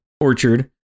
Orchard